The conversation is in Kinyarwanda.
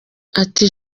ati